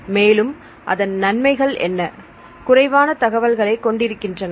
மேலும் அதன் நன்மைகள் என்ன குறைவான தகவல்களை கொண்டிருக்கின்றன